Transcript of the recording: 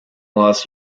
last